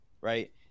Right